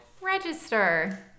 Register